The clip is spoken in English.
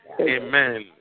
amen